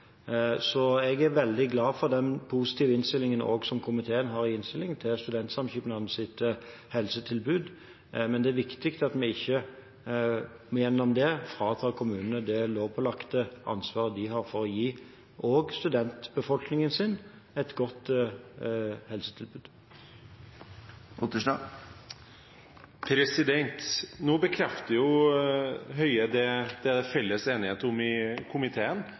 Så jeg er veldig glad for den positive innstillingen som også komiteen har i innstillingen, til studentsamskipnadens helsetilbud, men det er viktig at vi gjennom det ikke fratar kommunene det lovpålagte ansvaret de har for å gi også studentbefolkningen sin et godt helsetilbud. Nå bekrefter Høie det som det er felles enighet om i komiteen,